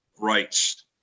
rights